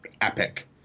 epic